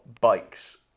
bikes